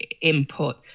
input